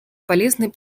полезной